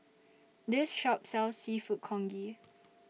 This Shop sells Seafood Congee